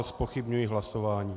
Zpochybňuji hlasování.